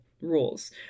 rules